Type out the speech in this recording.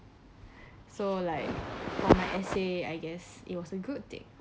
so like for my essay I guess it was a good thing